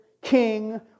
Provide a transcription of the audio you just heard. king